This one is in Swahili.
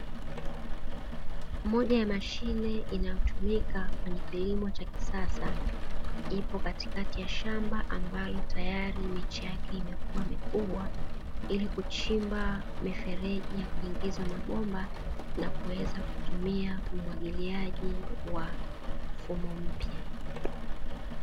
Moja ya mashine inayotumika kwenye kilimo cha kisasa, ipo katikati ya shamba ambalo tayari miche yake, imekua mikubwa ili kuchimba mifereji ya kuingiza mabomba na kuweza kutumia umwagiliaji wa mfumo mpya.